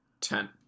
Ten